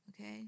okay